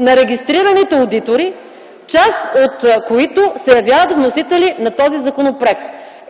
на регистрираните одитори, част от които се явяват вносители на този законопроект.